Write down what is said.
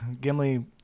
Gimli